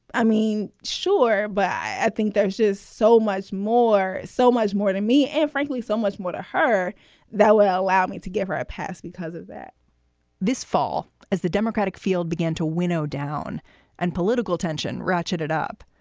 i mean, sure. but i think there's just so much more so much more to me and frankly, so much more to her that would allow me to give her a pass because of that this fall, as the democratic field began to winnow down and political tension ratcheted up.